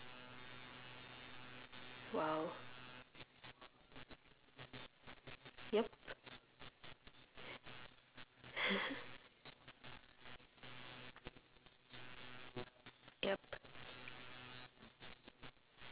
!wow! yup yup